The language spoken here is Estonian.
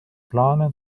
plaane